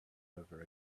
over